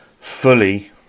fully